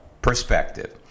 Perspective